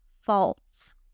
false